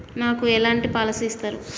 నాకు ఎలాంటి పాలసీ ఇస్తారు?